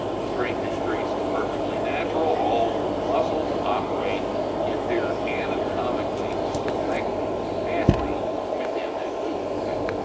the strength increase is perfectly natural all your muscles operate in their anatomically selected capacity within that movement pattern.